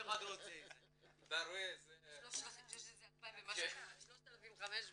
יש 2,000 ומשהו -- -3,500.